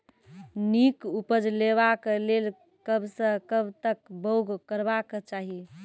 नीक उपज लेवाक लेल कबसअ कब तक बौग करबाक चाही?